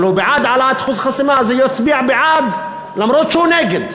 אז הוא יצביע בעד למרות שהוא נגד.